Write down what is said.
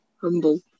Humble